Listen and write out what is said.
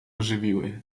ożywiły